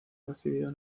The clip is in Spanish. recibido